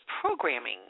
programming